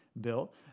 Bill